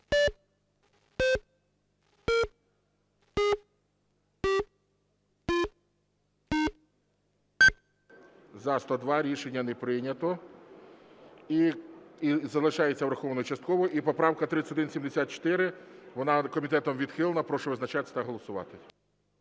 За-102 Рішення не прийнято. Залишається врахованою частково. І поправка 3174. Вона комітетом відхилена. Прошу визначатися та голосувати.